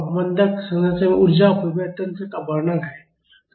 अवमन्दक संरचना में ऊर्जा अपव्यय तंत्र का वर्णन है